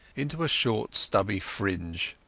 into a short stubbly fringe.